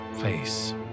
face